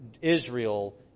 Israel